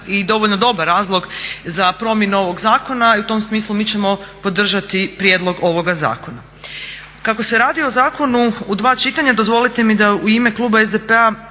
i dovoljno dobar razlog za promjenu ovog zakona. I u tom smislu mi ćemo podržati prijedlog ovoga zakona. Kako se radi o zakonu u dva čitanja, dozvolite mi da u ime kluba SDP-a